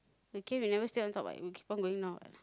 lucky we never stay on top what will keep on going down what